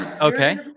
Okay